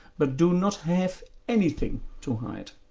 but do not have anything to hide.